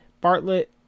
Bartlett